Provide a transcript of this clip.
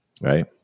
right